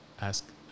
Ask